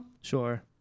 Sure